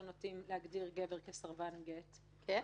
הם נוטים להגדיר גבר כסרבן גט --- כן?